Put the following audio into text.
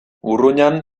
urruñan